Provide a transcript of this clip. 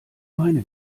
meine